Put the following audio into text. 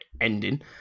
ending